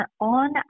on